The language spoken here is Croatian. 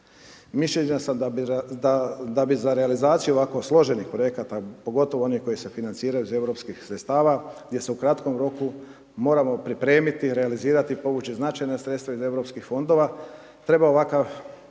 Mišljenja sam da bi za realizaciju ovako složenih projekata, pogotovo onih koji se financiraju iz europskih sredstava gdje se u kratkom roku moramo pripremiti i realizirati, povući značajna sredstva iz Europskih fondova, treba jedan